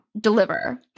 deliver